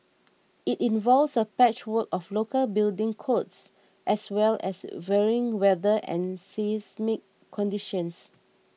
it involves a patchwork of local building codes as well as varying weather and seismic conditions